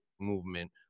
movement